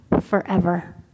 forever